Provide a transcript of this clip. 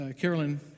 Carolyn